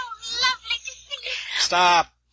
Stop